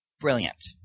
brilliant